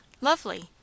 Lovely